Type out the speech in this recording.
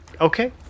okay